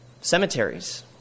Cemeteries